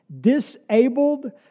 disabled